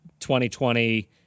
2020